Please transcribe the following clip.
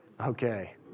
okay